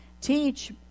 teach